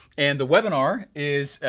and the webinar is,